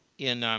in